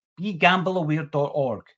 begambleaware.org